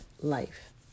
life